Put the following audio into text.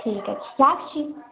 ঠিক আছে রাখছি